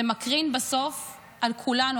זה מקרין בסוף על כולנו.